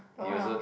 oh how